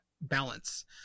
balance